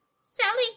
Sally